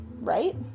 right